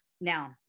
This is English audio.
Now